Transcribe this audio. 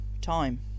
time